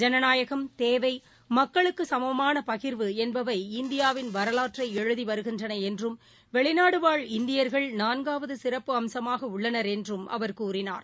ஜனநாயகம் தேவை மக்களுக்கு சமமான பகிர்வு என்பவை இந்தியாவின் வரவாற்றை எழுதி வருகின்றன என்றும் வெளிநாடுவாழ் இந்தியா்கள் நான்காவது சிறப்பு அம்சமாக உள்ளனா் என்றும் அவா கூறினார்